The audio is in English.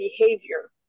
behavior